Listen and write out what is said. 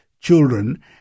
Children